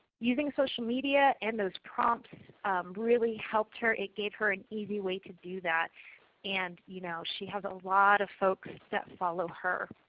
using social media and those prompts really helped her. it gave her an easy way to do that and you know she has a lot of folks that follow her.